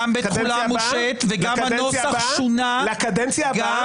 גם בתחולה מושהית וגם הנוסח שונה --- לקדנציה הבאה?